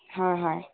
হয় হয়